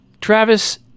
travis